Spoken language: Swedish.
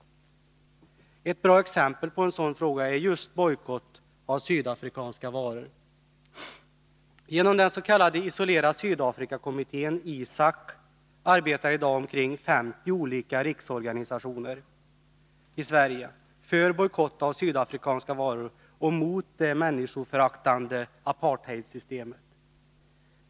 Ett bra exempel på en sådan fråga är just bojkott av sydafrikanska varor. Genom Isolera Sydafrika-kommittén, ISAK, arbetar i dag omkring 50 olika riksorganisationer i Sverige för bojkott av sydafrikanska varor och mot det människoföraktande apartheidsystemet.